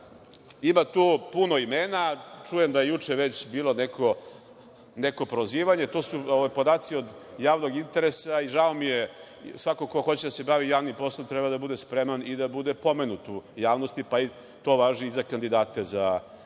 Ima tu puno imena, čujem da je juče već bilo neko prozivanje. To su podaci od javnog interesa i žao mi je, svako ko hoće da se bavi javnim poslom, treba da bude spreman i da bude pomenut u javnosti, pa to važi i za kandidate za tužioce.